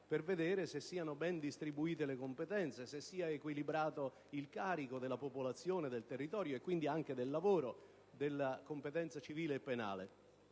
per vedere se siano ben distribuite le competenze, se sia equilibrato il carico della popolazione, del territorio e quindi anche del lavoro, della competenza civile e penale.